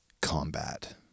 combat